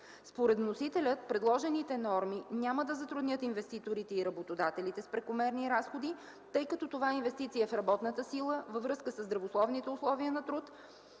Според вносителя, предложените норми няма да затруднят инвеститорите и работодателите с прекомерни разходи, тъй като това е инвестиция в работната сила, във връзка със здравословните условия на труд,